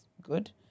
good